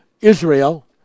Israel